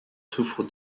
souffre